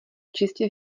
čistě